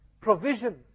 provision